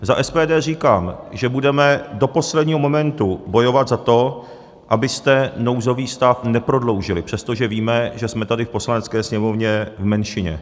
Za SPD říkám, že budeme do posledního momentu bojovat za to, abyste nouzový stav neprodloužili, přestože víme, že jsme tady v Poslanecké sněmovně v menšině.